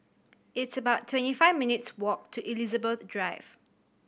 it's about twenty five minutes' walk to Elizabeth Drive